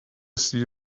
see